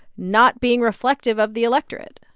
not being reflective of the electorate?